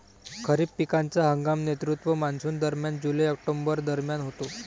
खरीप पिकांचा हंगाम नैऋत्य मॉन्सूनदरम्यान जुलै ऑक्टोबर दरम्यान होतो